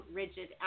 rigid